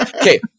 Okay